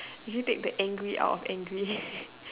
you should take the angry out of angry